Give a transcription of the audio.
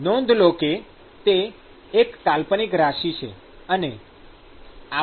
નોંધ લો કે તે એક કાલ્પનિક રાશિ છે